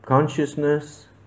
Consciousness